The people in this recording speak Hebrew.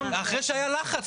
אחרי שהיה לחץ.